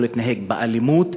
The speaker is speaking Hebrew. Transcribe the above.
יכול להתנהג באלימות,